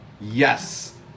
Yes